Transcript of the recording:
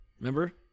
Remember